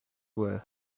well